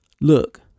Look